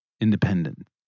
independent